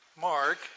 Mark